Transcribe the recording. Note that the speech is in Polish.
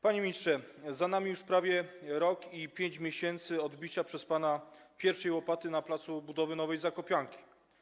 Panie ministrze, za nami już prawie rok i 5 miesięcy od wbicia przez pana pierwszej łopaty na placu budowy nowej zakopianki.